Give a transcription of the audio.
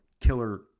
killer